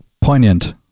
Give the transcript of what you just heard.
poignant